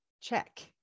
check